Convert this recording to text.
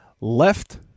left